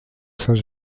saint